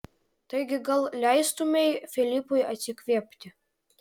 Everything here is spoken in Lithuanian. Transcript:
taigi gal leistumei filipui atsikvėpti